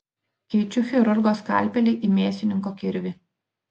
keičiu chirurgo skalpelį į mėsininko kirvį